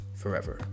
forever